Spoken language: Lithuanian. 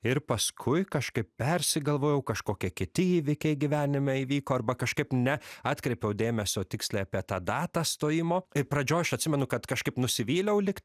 ir paskui kažkaip persigalvojau kažkokie kiti įvykiai gyvenime įvyko arba kažkaip ne atkreipiau dėmesio tiksliai apie tą datą stojimo pradžioj aš atsimenu kad kažkaip nusivyliau ligt